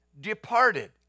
departed